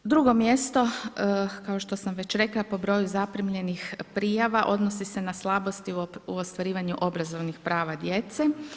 Drugo mjesto kao što sam već rekla po broju zaprimljenih prijava, odnosi se na slabosti u ostvarivanju obrazovnih prava djece.